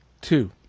Two